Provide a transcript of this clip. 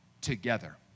together